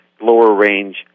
lower-range